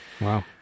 Wow